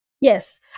Yes